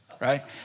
right